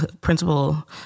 principal